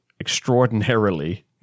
extraordinarily